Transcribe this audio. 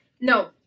No